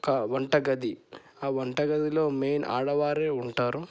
ఒక వంటగది ఆ వంటగదిలో మెయిన్ ఆడవారు ఉంటారు